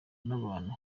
n’abantu